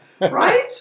right